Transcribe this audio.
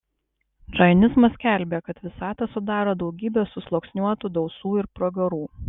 džainizmas skelbė kad visatą sudaro daugybė susluoksniuotų dausų ir pragarų